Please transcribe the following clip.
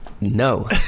No